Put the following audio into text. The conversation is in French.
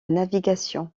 navigation